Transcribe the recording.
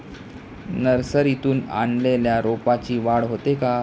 नर्सरीतून आणलेल्या रोपाची वाढ होते का?